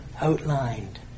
outlined